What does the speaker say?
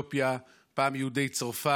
פעם יהודי אתיופיה, פעם יהודי צרפת.